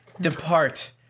depart